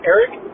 Eric